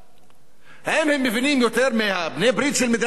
האם הם מבינים יותר מבעלי הברית של מדינת ישראל עצמה?